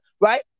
right